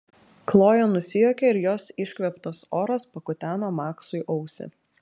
kloja nusijuokė ir jos iškvėptas oras pakuteno maksui ausį